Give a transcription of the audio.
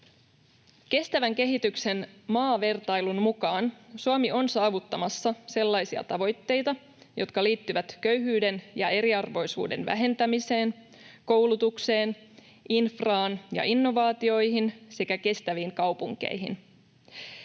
Kestävän kehityksen maavertailun mukaan Suomi on saavuttamassa sellaisia tavoitteita, jotka liittyvät köyhyyden ja eriarvoisuuden vähentämiseen, koulutukseen, infraan ja innovaatioihin sekä kestäviin kaupunkeihin.